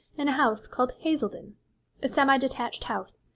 in a house called hazeldene a semi-detached house,